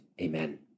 Amen